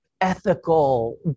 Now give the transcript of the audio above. ethical